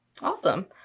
Awesome